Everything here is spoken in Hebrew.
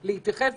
זאת,